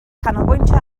canolbwyntio